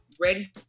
ready